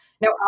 Now